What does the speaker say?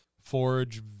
forge